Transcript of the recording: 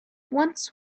once